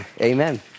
amen